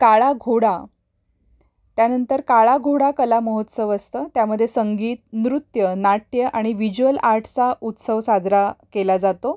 काळाघोडा त्यानंतर काळाघोडा कलामहोत्सव असतं त्यामध्ये संगीत नृत्य नाट्य आणि व्हिज्युअल आर्ट्सचा उत्सव साजरा केला जातो